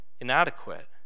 inadequate